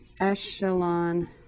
echelon